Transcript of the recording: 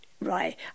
right